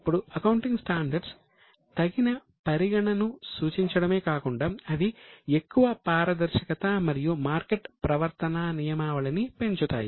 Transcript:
ఇప్పుడు accounting standards తగిన పరిగణను సూచించడమే కాకుండా అవి ఎక్కువ పారదర్శకత మరియు మార్కెట్ ప్రవర్తనా నియమావళిని పెంచుతాయి